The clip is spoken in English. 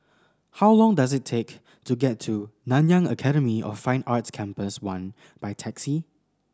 how long does it take to get to Nanyang Academy of Fine Arts Campus One by taxi